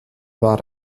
war